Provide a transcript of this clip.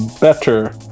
Better